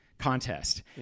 Contest